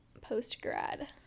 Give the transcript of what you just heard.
post-grad